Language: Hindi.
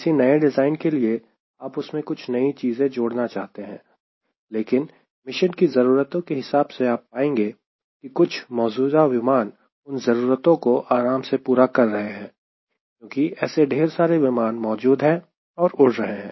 किसी नए डिज़ाइन के लिए आप उसमें कुछ नई चीजें जोड़ना चाहते हैं लेकिन मिशन की ज़रूरतों के हिसाब से आप पाएंगे कि कुछ मौजूदा विमान उन ज़रूरतों को आराम से पूरा कर रहे हैं क्योंकि ऐसे ढेर सारे विमान मौजूद है और उड़ रहे हैं